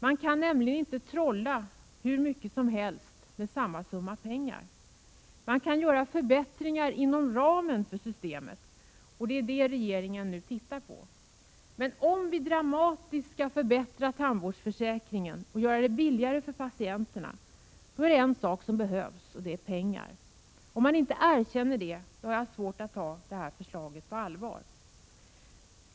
Man kan nämligen inte trolla hur mycket som helst med samma summa pengar. Man kan göra förbättringar inom ramen för systemet, och det är det som regeringen nu tittar på. Men om vi dramatiskt skall förbättra tandvårdsförsäkringen och göra det billigare för patienterna, då är det en sak som behövs, och det är pengar. Om man inte erkänner det, har jag svårt att ta det här förslaget på allvar.